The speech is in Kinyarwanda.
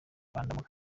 rwandamura